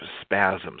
spasms